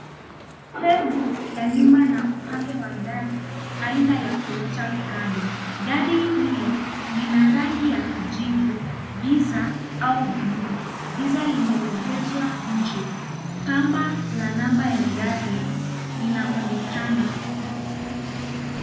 Sehemu la nyuma na upande wa gari aina ya Toyota Prado. Gari hilo lina rangi ya kijivu, giza au bluu. Giza limelegezwa nje. Kamba la namba ya gari linaonekana.